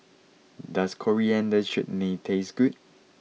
does Coriander Chutney taste good